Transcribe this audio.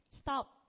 stop